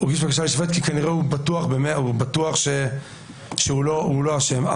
כנראה הוא בטוח שהוא לא אשם.